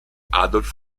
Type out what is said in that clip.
adolf